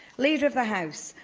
leader of the house,